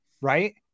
right